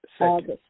August